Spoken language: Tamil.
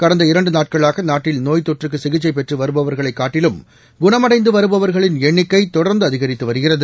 கடந்த இரண்டு நாட்களாக நாட்டில் நோய்த்தொற்றுக்கு சிகிச்சை பெற்று வருபவர்களை காட்டிலும் குணமடைந்து வருபவர்களின் எண்ணிக்கை தொடர்ந்து அதிகரித்து வருகிறது